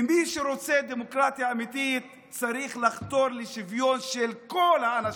מי שרוצה דמוקרטיה אמיתית צריך לחתור לשוויון של כל האנשים,